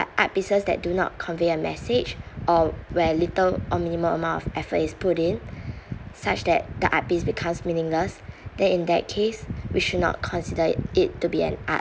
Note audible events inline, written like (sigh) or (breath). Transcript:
art pieces that do not convey a message or where little or minimum amount of effort is put in (breath) such that the art piece becomes meaningless then in that case we should not considered it to be an art